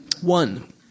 One